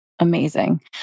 Amazing